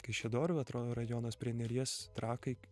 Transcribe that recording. kaišiadorių atrodo rajonas prie neries trakai